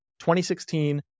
2016